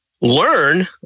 learn